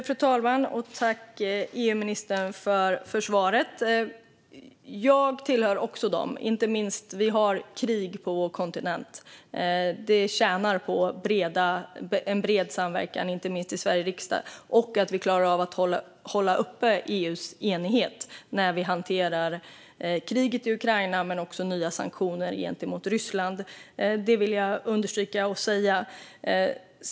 Fru talman! Tack, EU-ministern, för svaret! Jag tillhör också dem som tycker att det här är viktigt, inte minst nu när vi har krig på vår kontinent. Då tjänar alla på en bred samverkan, inte minst i Sveriges riksdag, och på att vi klarar av att hålla EU:s enighet uppe när vi hanterar kriget i Ukraina men också nya sanktioner gentemot Ryssland. Det vill jag understryka och säga.